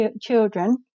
children